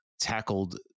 tackled